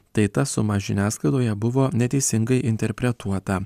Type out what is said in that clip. tai ta suma žiniasklaidoje buvo neteisingai interpretuota